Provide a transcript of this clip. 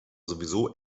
sowieso